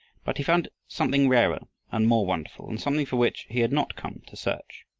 but he found something rarer and more wonderful and something for which he had not come to search.